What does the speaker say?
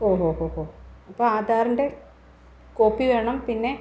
ഓഹോ ഹോ ഹോ അപ്പം ആധാറിൻ്റെ കോപ്പി വേണം പിന്നെ